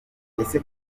ese